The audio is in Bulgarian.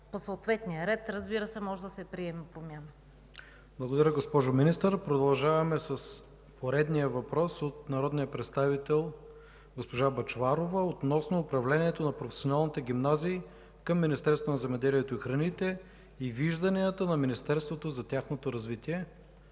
по съответния ред може да се приеме промяна. ПРЕДСЕДАТЕЛ ИВАН К. ИВАНОВ: Благодаря, госпожо Министър. Продължаваме с поредния въпрос от народния представител госпожа Бъчварова относно управлението на професионалните гимназии към Министерството на земеделието и храните и вижданията на Министерството за тяхното развитие.